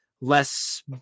less